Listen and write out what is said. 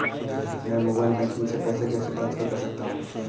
मैं mobile banking से पैसे कैसे ट्रांसफर कर सकता हूं?